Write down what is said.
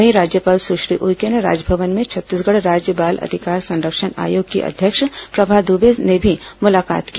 वहीं राज्यपाल सुश्री उइके से राजमंवन में छत्तीसगढ़ राज्य बाल अधिकार संरक्षण आयोग की अध्यक्ष प्रभा दुबे ने भी मुलाकात की